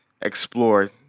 explore